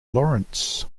lawrence